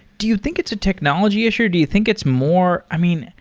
do you think it's a technology issue, or do you think it's more i mean,